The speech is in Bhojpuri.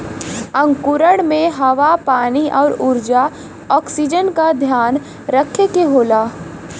अंकुरण में हवा पानी आउर ऊर्जा ऑक्सीजन का ध्यान रखे के होला